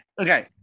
Okay